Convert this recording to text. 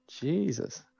Jesus